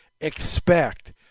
expect